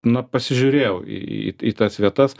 na pasižiūrėjau į į į tas vietas